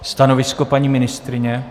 Stanovisko paní ministryně?